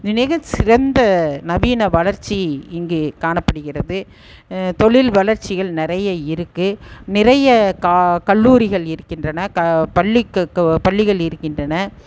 மிகச்சிறந்த நவீன வளர்ச்சி இங்கே காணப்படுகிறது தொழில் வளர்ச்சிகள் நிறைய இருக்குது நிறைய கா கல்லூரிகள் இருக்கின்றன க பள்ளிக்கு பள்ளிகள் இருக்கின்றன